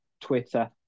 Twitter